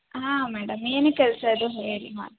ಹಾಂ ಮೇಡಮ್ ಏನೇ ಕೆಲಸ ಇದ್ದರೂ ಹೇಳಿ ಮಾಡಿ